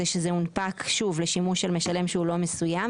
שזה הונפק לשימוש של משלם שהוא לא מסוים,